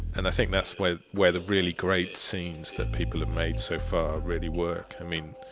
and i think that's where where the really great scenes that people have made so far really work. i mean,